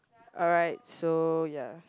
alright so ya